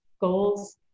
goals